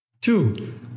Two